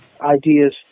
ideas